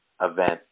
event